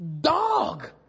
dog-